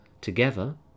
Together